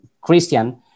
Christian